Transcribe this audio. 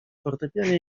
fortepianie